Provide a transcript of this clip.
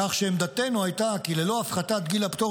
כך שעמדתנו הייתה כי ללא הפחתת גיל הפטור